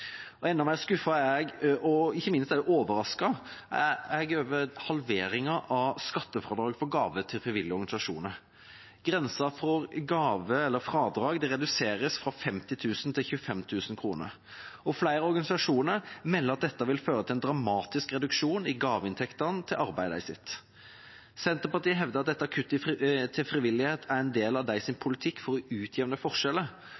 og SV det. Enda mer skuffet og ikke minst overrasket er jeg over halveringen av skattefradraget for gaver til frivillige organisasjoner. Grensen for gaver eller fradrag reduseres fra 50 000 kr til 25 000 kr. Flere organisasjoner melder at dette vil føre til en dramatisk reduksjon i gaveinntektene til arbeidet sitt. Senterpartiet hevder at dette kuttet til frivillighet er en del av deres politikk for å utjevne forskjeller.